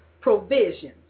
provisions